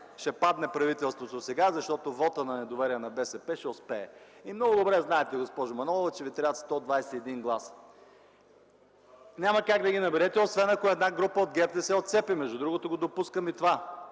ли не правителството ще падне сега, защото вотът на недоверие на БСП ще успее. Много добре знаете, госпожо Манолова, че ви трябват 121 гласа. Няма как да ги наберете, освен ако една група от ГЕРБ не се отцепи. Между другото, допускам и това,